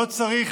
לא צריך,